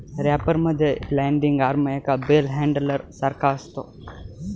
wrapper मध्ये landing arm एका bale handler सारखा असतो